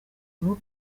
habaho